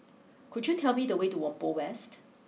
could you tell me the way to Whampoa West